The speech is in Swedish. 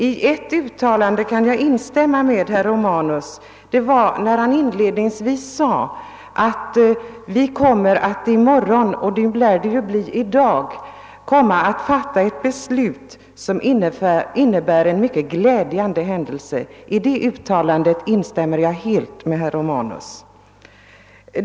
I ett uttalande kan jag instämma med herr Romanus. Jag avser det uttalande som herr Romanus inledningsvis gjorde, att vi i morgon — men det lär bli i dag — kommer att fatta ett beslut, som innebär en mycket glädjande händelse. I det uttalandet instämmer jag helt med herr Romanus.